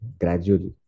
gradually